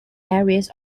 areas